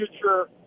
future